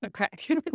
Okay